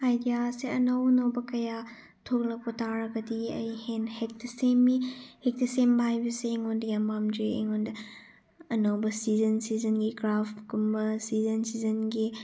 ꯑꯥꯏꯗꯤꯌꯥꯁꯦ ꯑꯅꯧ ꯑꯅꯧꯕ ꯀꯌꯥ ꯊꯣꯛꯂꯛꯄ ꯇꯥꯔꯒꯗꯤ ꯑꯩ ꯍꯦꯟꯅ ꯍꯦꯛꯇ ꯁꯦꯝꯃꯤ ꯍꯦꯛꯇ ꯁꯦꯝꯕ ꯍꯥꯏꯕꯁꯦ ꯑꯩꯉꯣꯟꯗ ꯌꯥꯝ ꯄꯥꯝꯖꯩ ꯑꯩꯉꯣꯟꯗ ꯑꯅꯧꯕ ꯁꯤꯖꯟ ꯁꯤꯖꯟꯒꯤ ꯀ꯭ꯔꯥꯐꯀꯨꯝꯕ ꯁꯤꯖꯟ ꯁꯤꯖꯟꯒꯤ